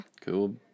Cool